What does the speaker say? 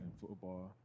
football